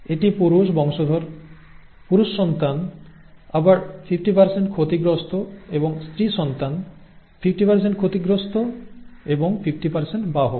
এটি পুরুষ বংশধর পুরুষ সন্তান আবার 50 ক্ষতিগ্রস্থ এবং স্ত্রী সন্তান 50 ক্ষতিগ্রস্থ এবং 50 বাহক